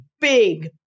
big